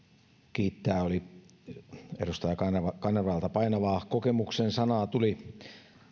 kiittää tuli edustaja kanervalta painavaa kokemuksen sanaa